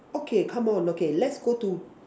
okay come on okay let's go to